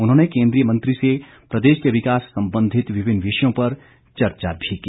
उन्होंने केन्द्रीय मंत्री से प्रदेश के विकास सम्बंधित विभिन्न विषयों पर चर्चा भी की